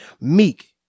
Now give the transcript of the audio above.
meek